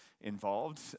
involved